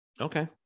Okay